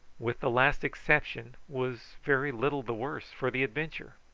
with the last exception, was very little the worse for the adventure.